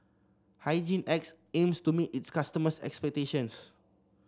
Hygin X aims to meet its customers' expectations